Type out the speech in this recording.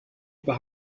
über